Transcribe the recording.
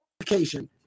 education